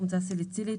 סלקטיבית,